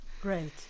Great